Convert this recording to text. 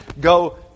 go